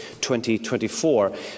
2024